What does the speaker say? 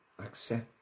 accept